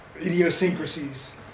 idiosyncrasies